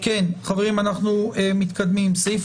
סעיף